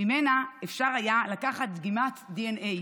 וממנה אפשר היה לקחת דגימת דנ"א.